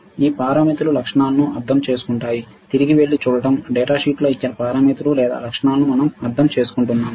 ఈ పారామితులు లక్షణాలను అర్థం చేసుకుంటాయి తిరిగి వెళ్లి చూడటం డేటా షీట్లో ఇచ్చిన పారామితులు లేదా లక్షణాలను మనం అర్థం చేసుకుంటున్నాము